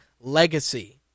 Legacy